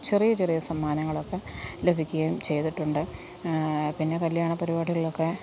ചെറിയ ചെറിയ സമ്മാനങ്ങളൊക്കെ ലഭിക്കുവേം ചെയ്തിട്ടുണ്ട് പിന്നെ കല്യാണ പരിപാടികളിലൊക്കെ